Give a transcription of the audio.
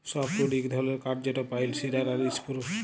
softwood ইক ধরলের কাঠ যেট পাইল, সিডার আর ইসপুরুস